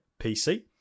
PC